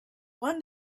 won